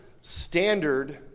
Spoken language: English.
standard